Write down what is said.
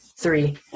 Three